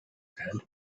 said